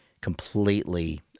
completely